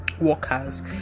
workers